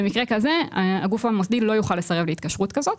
במקרה כזה הגוף המוסדי לא יוכל לסרב להתקשרות כזאת.